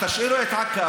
תשאירו את עכא.